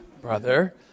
brother